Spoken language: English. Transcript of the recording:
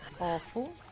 awful